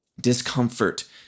Discomfort